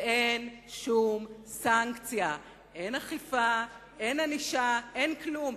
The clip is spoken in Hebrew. ואין שום סנקציה, אין אכיפה, אין ענישה, אין כלום.